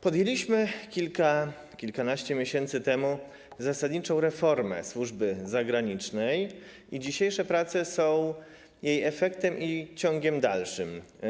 Podjęliśmy kilkanaście miesięcy temu zasadniczą reformę służby zagranicznej i dzisiejsze prace są jej efektem i ciągiem dalszym.